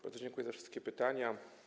Bardzo dziękuję za wszystkie pytania.